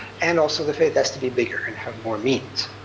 and also the faith has to be bigger and have more means.